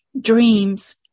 dreams